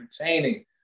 entertaining